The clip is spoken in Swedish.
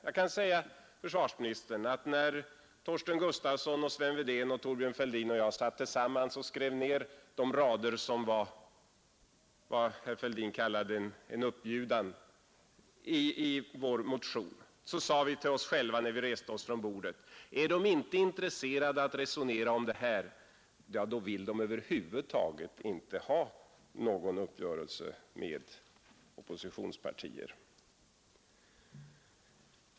Jag kan säga försvarsministern att när Torsten Gustafsson, Sven Wedén, Thorbjörn Fälldin och jag tillsammans skrev ned de rader i vår motion som var vad Thorbjörn Fälldin kallade en uppbjudan, sade vi till oss själva när vi reste oss från bordet: Är de inte intresserade av att resonera om detta, ja, då vill de över huvud taget inte ha någon uppgörelse med oppositionspartier.